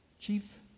chief